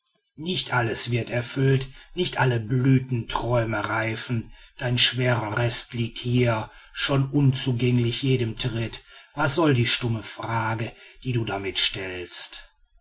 nicht alles wird erfüllt nicht alle blütenträume reiften dein schwerer rest liegt hier schon unzugänglich jedem tritt was soll die stumme frage die du damit stellst